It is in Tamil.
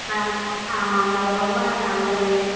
ஆ ஆமாம்ங்க அது ரொம்ப நல்லது